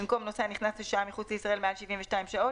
במקום "נוסע נכנס ששהה מחוץ לישראל מעל 72 שעות,